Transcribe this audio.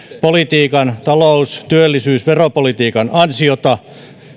politiikan talous työllisyys ja veropolitiikan ansiota